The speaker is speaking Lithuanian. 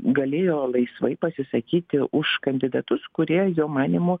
galėjo laisvai pasisakyti už kandidatus kurie jo manymu